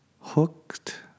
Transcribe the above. hooked